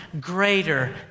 greater